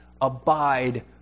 abide